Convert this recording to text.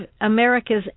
America's